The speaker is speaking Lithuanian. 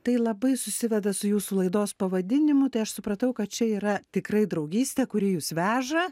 tai labai susiveda su jūsų laidos pavadinimu tai aš supratau kad čia yra tikrai draugystė kuri jus veža